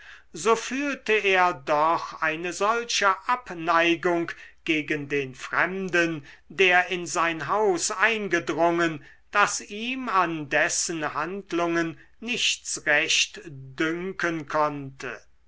so fühlte er doch eine solche abneigung gegen den fremden der in sein haus eingedrungen daß ihm an dessen handlungen nichts recht dünken konnte